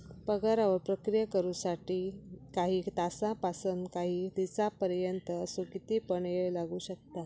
पगारावर प्रक्रिया करु साठी काही तासांपासानकाही दिसांपर्यंत असो किती पण येळ लागू शकता